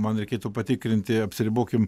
man reikėtų patikrinti apsiribokim